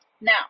Now